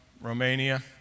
Romania